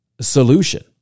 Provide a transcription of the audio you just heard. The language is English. solution